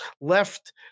left